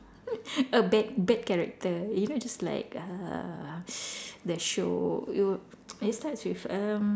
a bad bad character you know just like uh that show it will it starts with um